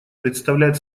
представляет